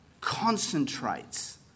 concentrates